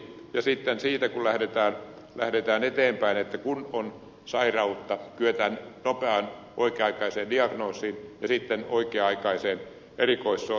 sitten siitä kun lähdetään eteenpäin että kun on sairautta kyetään nopeaan oikea aikaiseen diagnoosiin ja sitten oikea aikaiseen erikoishoitoon